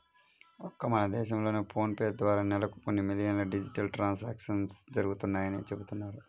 ఒక్క మన దేశంలోనే ఫోన్ పే ద్వారా నెలకు కొన్ని మిలియన్ల డిజిటల్ ట్రాన్సాక్షన్స్ జరుగుతున్నాయని చెబుతున్నారు